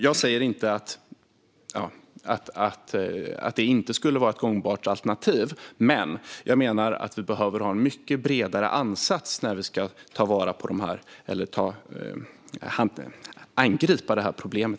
Jag säger inte att det inte skulle vara ett gångbart alternativ, men jag menar att vi behöver en mycket bredare ansats när vi ska angripa problemet.